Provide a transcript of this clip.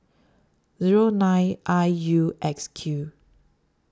Zero nine I U X Q